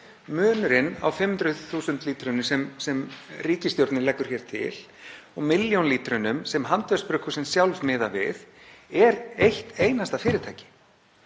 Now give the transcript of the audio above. Munurinn á 500.000 lítrum, sem ríkisstjórnin leggur hér til, og milljón lítrum, sem handverksbrugghúsin sjálf miða við, er eitt einasta fyrirtæki.